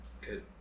Good